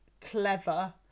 clever